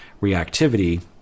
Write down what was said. reactivity